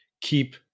keep